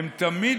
הם תמיד